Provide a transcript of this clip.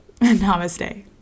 Namaste